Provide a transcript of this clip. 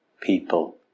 people